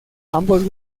ambos